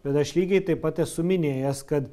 bet aš lygiai taip pat esu minėjęs kad